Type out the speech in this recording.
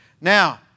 Now